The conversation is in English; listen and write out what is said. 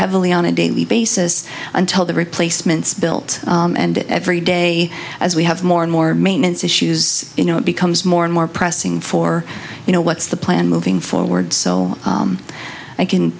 heavily on a daily basis until the replacements built and every day as we have more and more maintenance issues you know it becomes more and more pressing for you know what's the plan moving forward so i can